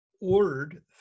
ordered